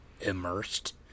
immersed